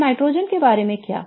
अब नाइट्रोजन के बारे में क्या